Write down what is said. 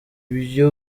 ibyo